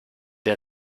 der